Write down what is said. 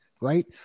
right